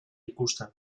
ikusten